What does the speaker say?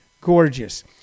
Gorgeous